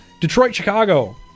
Detroit-Chicago